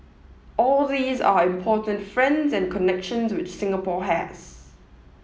all these are important friends and connections which Singapore has